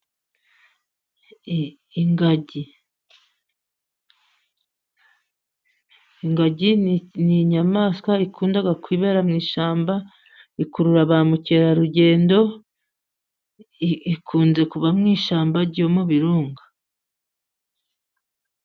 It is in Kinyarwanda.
Ingagi n'inyamaswa ikunda kwibera mu ishyamba, ikurura ba mukerarugendo ikunze kuba mu ishyamba ryo mu birunga.